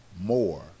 more